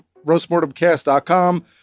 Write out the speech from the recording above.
roastmortemcast.com